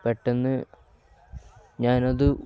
പെട്ടെന്ന് ഞാനത്